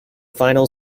final